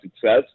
success